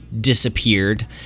disappeared